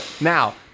Now